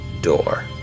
Door